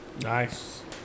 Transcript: nice